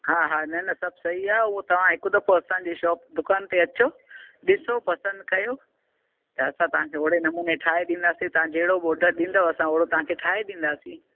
हा हा न न सभु सही आहे उहो तव्हां हिक दफ़ो असांजे शॉप दुकान ते अचो ॾिसो पसंदि कयो त असां तव्हांखे अहिड़े नमूने ठाहे ॾींदासीं तव्हां जहिड़ो बि ऑडर ॾींदव असां अहिड़ो तव्हांखे ठाहे ॾींदासीं